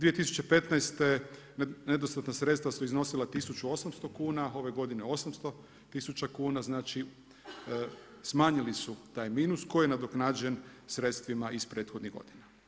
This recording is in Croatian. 2015. nedostatna sredstva su iznosila 1800 kuna, ove godine 800 tisuća kuna, znači smanjili su taj minus koji je nadoknađen sredstvima iz prethodnih godina.